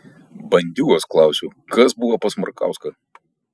bandiūgos klausiu kas buvo pas markauską